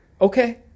okay